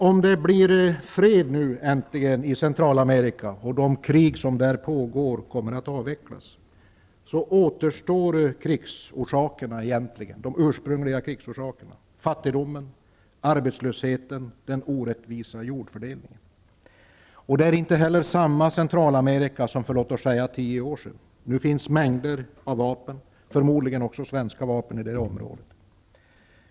Om det nu äntligen blir fred i Centralamerika, och de krig som där pågår kommer att avvecklas, återstår de ursprungliga krigsorsakerna, nämligen fattigdomen, arbetslösheten och orättvisorna i jordfördelningen. Det är inte samma Centralamerika som för, låt oss säga, tio år sedan. Nu finns mängder med vapen, förmodligen också svenska vapen, i området.